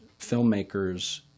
filmmakers